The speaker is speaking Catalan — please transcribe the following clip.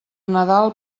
nadal